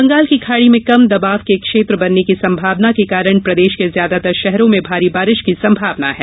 बंगाल की खाड़ी में कम दबाव के क्षेत्र बनने की संभावना के कारण प्रदेश के ज्यादातर शहरों में भारी बारिश की संभावना है